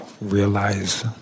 realize